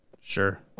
Sure